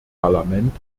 parlament